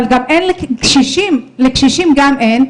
אבל גם לקשישים אין,